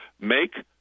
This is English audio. make